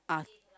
ah